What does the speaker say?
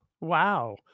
Wow